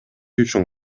үчүн